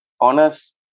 honest